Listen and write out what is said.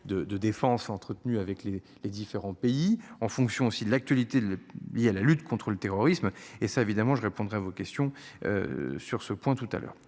de défense entretenu avec les, les différents pays en fonction aussi de l'actualité liée à la lutte contre le terrorisme et ça évidemment, je répondrai à vos questions. Sur ce point tout à l'heure